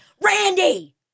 Randy